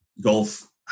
golf